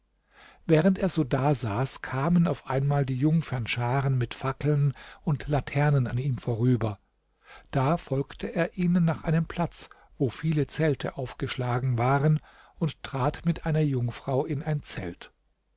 während er so dasaß kamen auf einmal die jungfernscharen mit fackeln und laternen an ihm vorüber da folgte er ihnen nach einem platz wo viele zelte aufgeschlagen waren und trat mit einer jungfrau in ein zelt